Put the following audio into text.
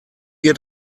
wir